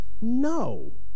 no